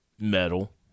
metal